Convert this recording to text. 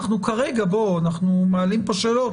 אנחנו כרגע מעלים כאן שאלות.